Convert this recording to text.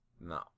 No